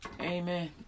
Amen